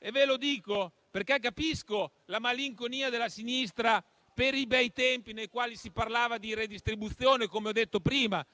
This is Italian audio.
Ve lo dico perché capisco la malinconia della sinistra per i bei tempi nei quali si parlava di redistribuzione, come ho detto prima.